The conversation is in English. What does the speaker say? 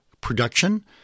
production